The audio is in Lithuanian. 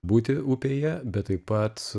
būti upėje bet taip pat